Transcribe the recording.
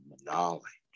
knowledge